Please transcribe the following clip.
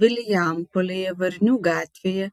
vilijampolėje varnių gatvėje